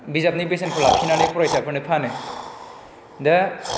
बिजाबनि बेसेनखौ लाखिनानै फरायसाफोरनो फानो दा